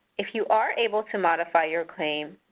if you are able to modify your claim,